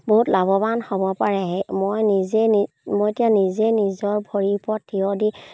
বহুত লাভৱান হ'ব পাৰে মই নিজে নি মই এতিয়া নিজে নিজৰ ভৰিৰ ওপৰত থিয় দি